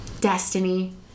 destiny